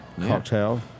cocktail